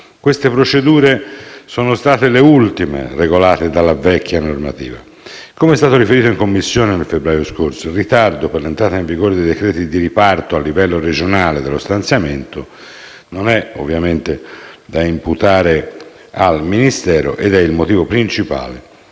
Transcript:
Queste procedure sono state le ultime regolate dalla vecchia normativa. Come è stato riferito in Commissione lo scorso febbraio, il ritardo per l'entrata in vigore dei decreti di riparto a livello regionale dello stanziamento non è ovviamente da imputare al Ministero ed è il motivo principale